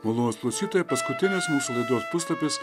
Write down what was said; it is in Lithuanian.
malonūs klausytojai paskutinis mūsų laidos puslapis